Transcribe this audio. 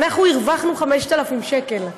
אנחנו הרווחנו 5,000 שקל.